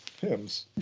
Pims